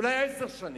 אולי עשר שנים.